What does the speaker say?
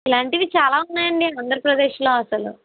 ఇలాంటివి చాలా ఉన్నాయండి ఆంధ్రప్రదేశ్లో అసలు